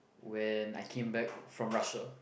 when I came back from Russia